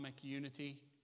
unity